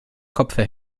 kopfe